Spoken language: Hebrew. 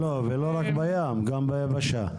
ולא רק בים, גם ביבשה.